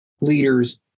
leaders